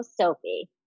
Sophie